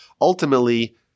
Ultimately